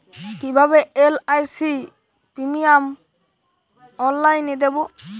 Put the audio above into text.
কিভাবে LIC premium অনলাইনে দেবো?